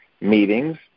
meetings